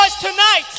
tonight